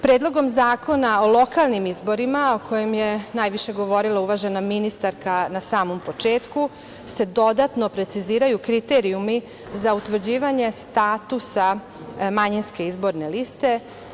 Predlogom zakona o lokalnim izborima, o kojem je najviše govorila uvažena ministarka na samom početku, se dodatno preciziraju kriterijumi za utvrđivanje statusa manjinske izborne liste.